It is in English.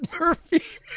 Murphy